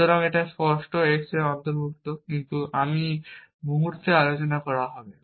সুতরাং এটা স্পষ্ট x অন্তর্ভুক্ত কিন্তু আমি মুহূর্তে আলোচনা করা হবে